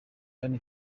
kane